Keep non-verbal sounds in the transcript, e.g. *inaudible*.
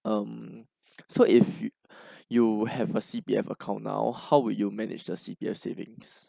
um so if you *breath* you have a C_P_F account now how would you manage the C_P_F savings